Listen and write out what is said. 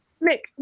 Nick